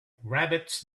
rabbits